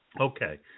Okay